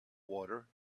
water